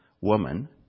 woman